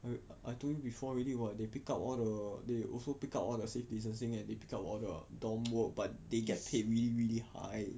I I told you before already what they pick up all the they also pick up all the safe distancing and they pick up all the dorm work but they get paid really really high